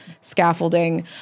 scaffolding